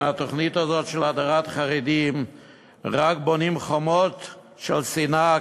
שמהתוכנית הזאת של הדרת חרדים רק בונים חומות של שנאה,